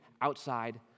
outside